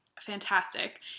fantastic